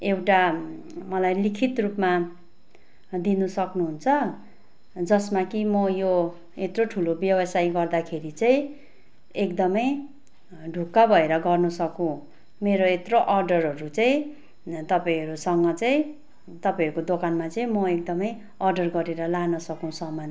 एउटा मलाई लिखित रूपमा दिनु सक्नु हुन्छ जसमा कि म यो यत्रो ठुलो व्यवसाय गर्दाखेरि चाहिँ एकदम ढुक्क भएर गर्नु सकौँ मेरो यत्रो अर्डरहरू चाहिँ तपाईँहरूसँग चाहिँ तपाईँहरूको दोकानमा चाहिँ म एकदम अर्डर गरेर लान सकौँ सामान